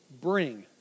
Bring